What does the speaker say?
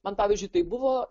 man pavyzdžiui taip buvo